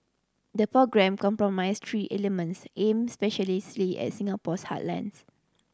the programme comprise three elements aimed at Singapore's heartlands